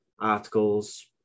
articles